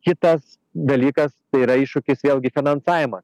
kitas dalykas tai yra iššūkis vėlgi finansavimas